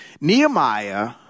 Nehemiah